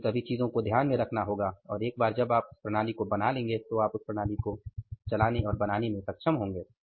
तो उन सभी चीजों को ध्यान में रखना होगा और एक बार जब आप उस प्रणाली को बना लेंगे तो आप उस प्रणाली को बनाने में सक्षम होंगे